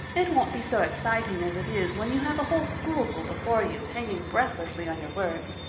it won't be so exciting as it is when you have a whole schoolful before you hanging breathlessly on your words.